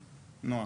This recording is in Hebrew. נועה.